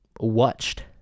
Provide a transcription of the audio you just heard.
watched